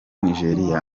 nigeria